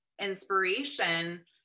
inspiration